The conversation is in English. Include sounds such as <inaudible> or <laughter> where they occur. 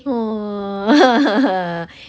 !whoa! <laughs>